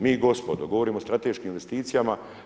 Mi gospodo govorimo o strateškim investicijama.